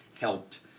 helped